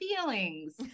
feelings